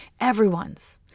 everyone's